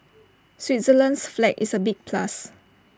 Switzerland's flag is A big plus